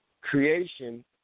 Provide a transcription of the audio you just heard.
Creation